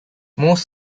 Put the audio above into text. most